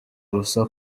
ubusa